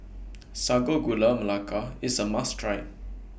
Sago Gula Melaka IS A must Try